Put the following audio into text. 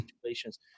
situations